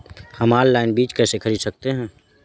हम ऑनलाइन बीज कैसे खरीद सकते हैं?